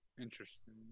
interesting